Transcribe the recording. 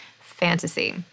fantasy